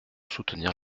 soutenir